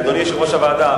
אדוני יושב-ראש הוועדה,